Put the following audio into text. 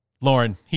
Lauren